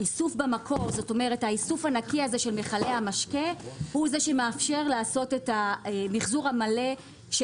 האיסוף הנקי של מכלי המשקה הוא שמאפשר לעשות את המחזור המלא.